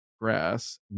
grass